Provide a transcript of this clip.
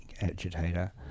agitator